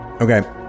Okay